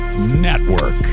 Network